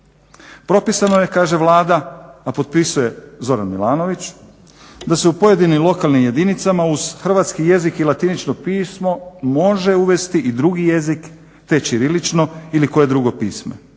Propisano je, kaže Vlada, a potpisuje Zoran Milanović, da se u pojedinim lokalnim jedinicama uz hrvatski jezik i latinično pismo može uvesti i drugi jezik te ćirilično ili koje drugo pismo.